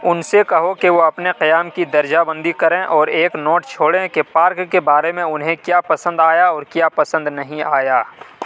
ان سے کہو کہ وہ اپنے قیام کی درجہ بندی کریں اور ایک نوٹ چھوڑیں کہ پارک کے بارے میں انہیں کیا پسند آیا اور کیا پسند نہیں آیا